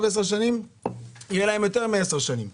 לעשר שנים אז יהיו להם יותר מעשר שנים.